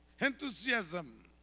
enthusiasm